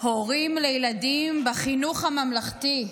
הורים לילדים בחינוך הממלכתי,